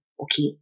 okay